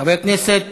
חבר הכנסת